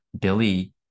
Billy